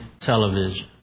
television